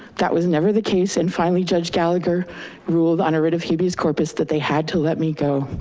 that was never the case. and finally, judge gallagher ruled on a writ of habeas corpus that they had to let me go.